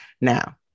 Now